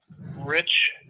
Rich